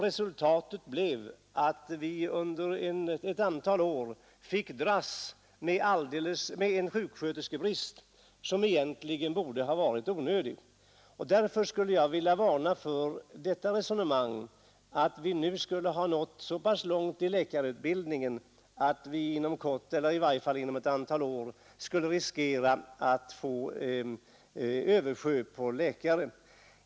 Resultatet blev att vi under ett antal år fick dras med en sjuksköterskebrist som egentligen borde ha varit onödig. Jag skulle därför vilja varna för resonemanget om att vi nu skulle ha nått så pass långt i läkarutbildningen att vi inom kort — i varje fall inom ett antal år — riskerar att få ett överflöd på läkare.